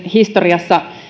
historiassa